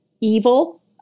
evil